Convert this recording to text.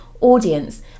audience